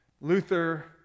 Luther